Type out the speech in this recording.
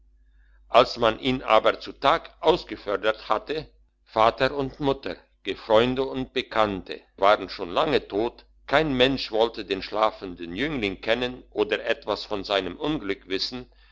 als man ihn aber zu tag ausgefördert hatte vater und mutter gefreundte und bekannte waren schon lange tot kein mensch wollte den schlafenden jüngling kennen oder etwas von seinem unglück wissen